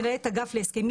מנהלת אגף להסכמים